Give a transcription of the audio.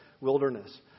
wilderness